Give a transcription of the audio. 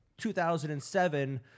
2007